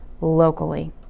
locally